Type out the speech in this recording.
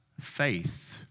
faith